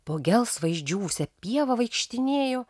po gelsvą išdžiūvusią pievą vaikštinėjo